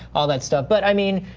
all that stuff, but i mean,